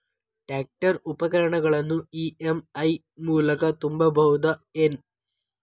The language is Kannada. ಟ್ರ್ಯಾಕ್ಟರ್ ಉಪಕರಣಗಳನ್ನು ಇ.ಎಂ.ಐ ಮೂಲಕ ತುಂಬಬಹುದ ಏನ್?